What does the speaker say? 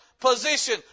position